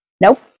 Nope